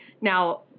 Now